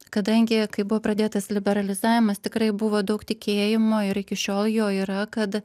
kadangi kai buvo pradėtas liberalizavimas tikrai buvo daug tikėjimo ir iki šiol jo yra kad